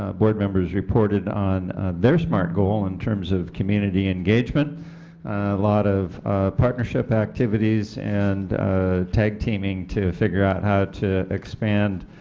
ah board members reported on their smart goal in terms of community engagement, a lot of partnership activities and tag teaming to figure out how to expand